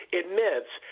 admits